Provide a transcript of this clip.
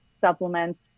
supplements